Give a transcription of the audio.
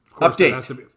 Update